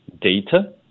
data